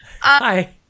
Hi